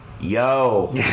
yo